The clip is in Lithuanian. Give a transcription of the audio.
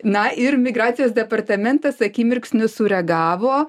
na ir migracijos departamentas akimirksniu sureagavo